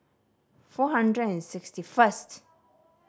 four hundred and sixty first